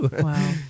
Wow